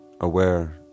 aware